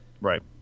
Right